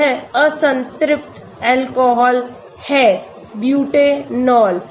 यह असंतृप्त अल्कोहॉल है ब्यूटेनॉल